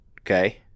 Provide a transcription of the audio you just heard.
Okay